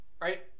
right